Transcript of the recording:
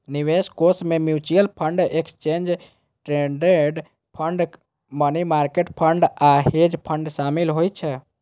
निवेश कोष मे mutual fund, exchange traded fund, money market fund आ हेज फंड शामिल होइ छै